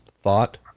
thought